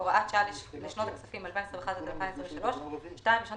הוראת שעה לשנות הכספים 2021 ועד 2023 2. בשנות